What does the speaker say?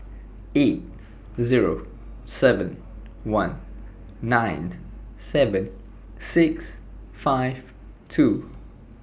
eight Zero seven one nine seven six five two